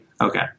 Okay